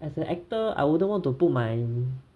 as an actor I wouldn't want to put my